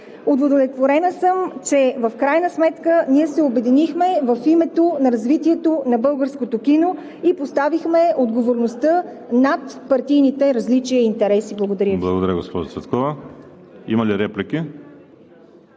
Удовлетворена съм, че в крайна сметка ние се обединихме в името на развитието на българското кино и поставихме отговорността над партийните различия и интереси. Благодаря Ви. ПРЕДСЕДАТЕЛ ВАЛЕРИ СИМЕОНОВ: Благодаря, госпожо Цветкова. Има ли реплики?